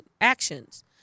actions